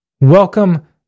Welcome